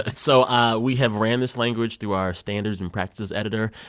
and so ah we have ran this language through our standards and practices editor.